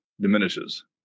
diminishes